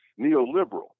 neoliberal